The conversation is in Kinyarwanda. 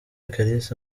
kalisa